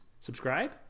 subscribe